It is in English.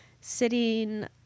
sitting